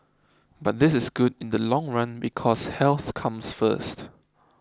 but this is good in the long run because health comes first